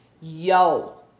Yo